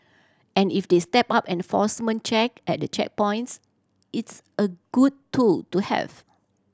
and if they step up enforcement check at the checkpoints it's a good tool to have